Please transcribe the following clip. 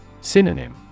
Synonym